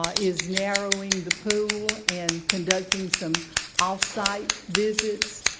ah is narrowing the pool and conducting some off-site visits,